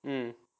mm